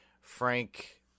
Frank